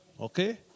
okay